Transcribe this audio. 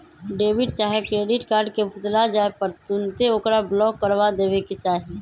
debit चाहे credit card के भुतला जाय पर तुन्ते ओकरा ब्लॉक करबा देबेके चाहि